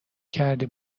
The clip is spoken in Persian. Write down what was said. کردی